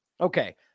Okay